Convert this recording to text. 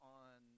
on